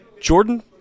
Jordan